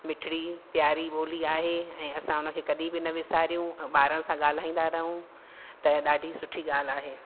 मिठिड़ी प्यारी ॿोली आहे ऐं असां उन खे कॾहिं बि न विसारियूं ऐं असां ॿारनि सां ॻाल्हाईंदा रहूं त ॾाढी सुठी ॻाल्हि आहे